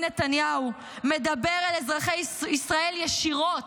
נתניהו מדבר אל אזרחי ישראל ישירות,